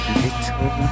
little